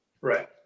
right